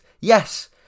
yes